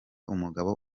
umugabo